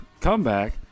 comeback